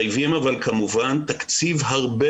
אבל כל הדברים האלה כמובן שמחייבים תקציב הרבה